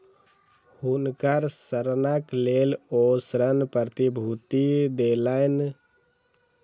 हुनकर ऋणक लेल ओ ऋण प्रतिभूति देलैन